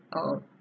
uh